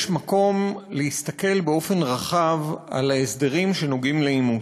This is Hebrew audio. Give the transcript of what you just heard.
יש מקום להסתכל באופן רחב על ההסדרים הנוגעים לאימוץ.